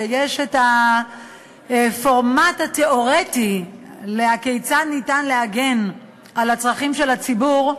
שכן יש הפורמט התיאורטי כיצד ניתן להגן על הצרכים של הציבור.